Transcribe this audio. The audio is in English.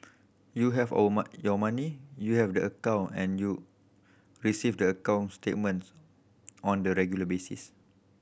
you have our your money you have the account and you receive the account statements on the regular basis